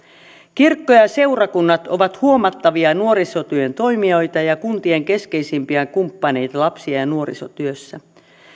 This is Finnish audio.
kirkko ja ja seurakunnat ovat huomattavia nuorisotyön toimijoita ja kuntien keskeisimpiä kumppaneita lapsi ja ja nuorisotyössä